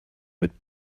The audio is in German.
mit